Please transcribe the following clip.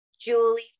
Julie